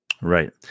Right